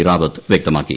റാവത്ത് വ്യക്തമാക്കി